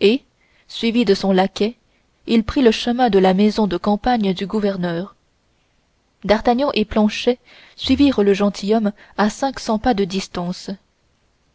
et suivi de son laquais il prit le chemin de la maison de campagne du gouverneur d'artagnan et planchet suivirent le gentilhomme à cinq cents pas de distance